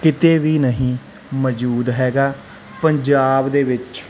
ਕਿਤੇ ਵੀ ਨਹੀਂ ਮੌਜੂਦ ਹੈਗਾ ਪੰਜਾਬ ਦੇ ਵਿੱਚ